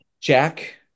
Jack